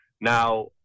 Now